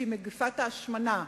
שהיא מגפת ההשמנה,